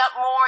more